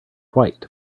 white